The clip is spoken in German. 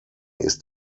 ist